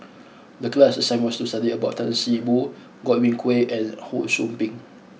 the class assignment was to study about Tan See Boo Godwin Koay and Ho Sou Ping